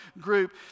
group